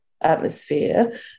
atmosphere